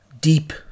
deep